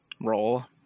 roll